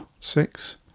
six